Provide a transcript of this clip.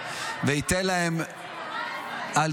וייתן להם ------ מצב טוב --- אתם מנותקים.